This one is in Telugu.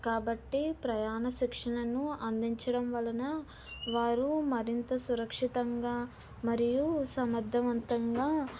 కాబట్టి ప్రయాణ శిక్షణను అందించడం వలన వారు మరింత సురక్షితంగా మరియు సమర్థవంతంగా